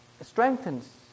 strengthens